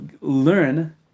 learn